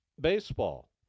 Baseball